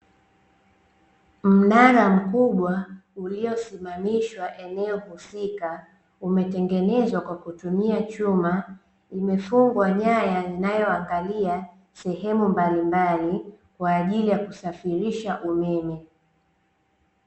Mnara mkubwa uliosimamishwa eneo husika umetengenezwa kwa kutumia chuma, imefungwa nyaya inayoangalia sehemu mbalimbali kwa ajili ya kusafirisha umeme.